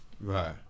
Right